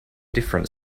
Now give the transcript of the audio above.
different